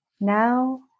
now